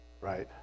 right